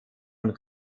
von